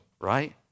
right